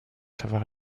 savoir